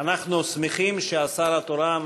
אנחנו שמחים שהשר התורן,